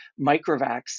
microvax